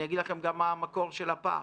אני אגיד לכם גם מה המקור של הפער.